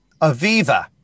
Aviva